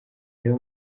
reba